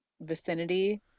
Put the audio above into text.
vicinity